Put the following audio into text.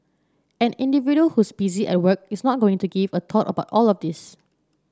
an individual who's busy at work is not going to give a thought about all of this